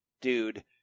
dude